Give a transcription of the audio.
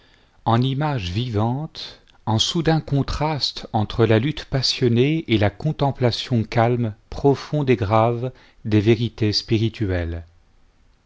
en images vivantes en soudains contrastes entre la lutte passionnée et la contemplation calme profonde et grave des vérités spirituelles